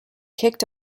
kicked